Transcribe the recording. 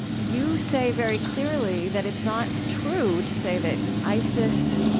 you say, very clearly, that it's not true to say that isis,